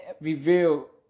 reveal